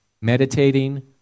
meditating